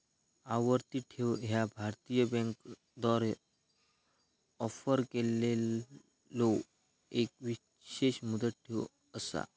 आवर्ती ठेव ह्या भारतीय बँकांद्वारा ऑफर केलेलो एक विशेष मुदत ठेव असा